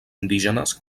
indígenes